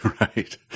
Right